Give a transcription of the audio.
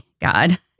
God